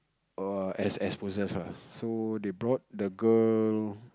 err as as possess lah so they brought the girl